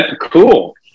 Cool